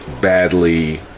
badly